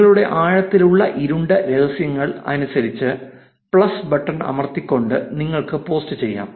നിങ്ങളുടെ ആഴത്തിലുള്ള ഇരുണ്ട രഹസ്യങ്ങൾ അനുസരിച്ച് പ്ലസ് ബട്ടൺ അമർത്തിക്കൊണ്ട് നിങ്ങൾക്ക് പോസ്റ്റ് ചെയ്യാം